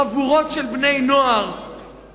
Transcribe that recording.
חבורות של בני נוער,